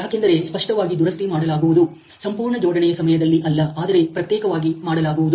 ಯಾಕೆಂದರೆ ಸ್ಪಷ್ಟವಾಗಿ ದುರಸ್ತಿ ಮಾಡಲಾಗುವುದು ಸಂಪೂರ್ಣ ಜೋಡಣೆಯ ಸಮಯದಲ್ಲಿ ಅಲ್ಲ ಆದರೆ ಪ್ರತ್ಯೇಕವಾಗಿ ಮಾಡಲಾಗುವುದು